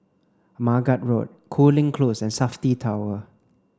Margate Road Cooling Close and SAFTI Tower